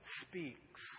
speaks